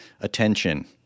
attention